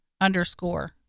underscore